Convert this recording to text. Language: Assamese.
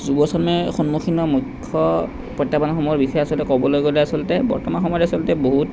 যুৱচামে সন্মুখীন হোৱা মূখ্য প্ৰত্যাহ্ৱানসমূহৰ বিষয়ে আচলতে ক'বলৈ গ'লে আচলতে বৰ্তমান সময়ত আচলতে বহুত